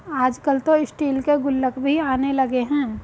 आजकल तो स्टील के गुल्लक भी आने लगे हैं